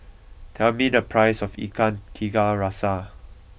tell me the price of Ikan Tiga Rasa